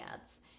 ads